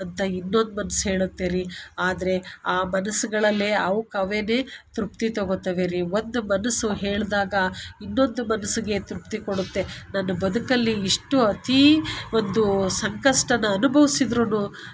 ಇನ್ನೊಂದು ಮನಸ್ಸು ಹೇಳುತ್ತೆ ರೀ ಆದರೆ ಆ ಮನಸುಗಳಲ್ಲೇ ಅವುಕ್ಕೆ ಅವೇ ತೃಪ್ತಿ ತಗೊತವೆ ರೀ ಒಂದು ಮನಸು ಹೇಳಿದಾಗ ಇನ್ನೊಂದು ಮನಸ್ಸಿಗೆ ತೃಪ್ತಿ ಕೊಡುತ್ತೆ ನನ್ನ ಬದುಕಲ್ಲಿ ಇಷ್ಟು ಅತಿ ಒಂದು ಸಂಕಷ್ಟನ ಅನುಭವ್ಸಿದ್ರೂ